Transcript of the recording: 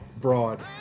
broad